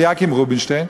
אליקים רובינשטיין,